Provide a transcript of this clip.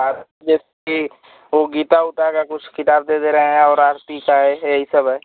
और जैसे की गीता उता का कुछ किताब दे दे रहें है आरती का यही सब है